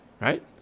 right